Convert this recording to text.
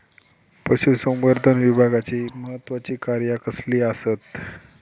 पशुसंवर्धन विभागाची महत्त्वाची कार्या कसली आसत?